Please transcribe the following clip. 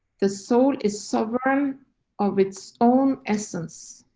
the soul is sovereign of its own essence.